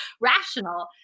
rational